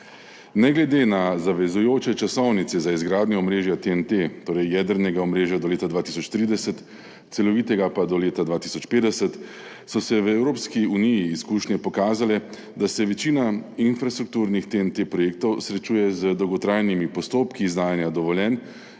Ne glede na zavezujoče časovnice za izgradnjo omrežja TEN-T, torej jedrnega omrežja do leta 2030, celovitega pa do leta 2050, so v Evropski uniji izkušnje pokazale, da se večina infrastrukturnih projektov TEN-T srečuje z dolgotrajnimi postopki izdajanja dovoljenj